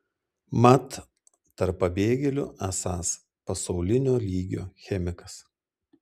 mat tarp pabėgėlių esąs pasaulinio lygio chemikas